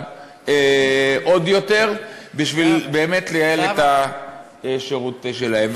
עוד יותר בשביל לייעל את השירות שלהם.